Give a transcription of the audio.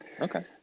Okay